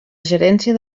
gerència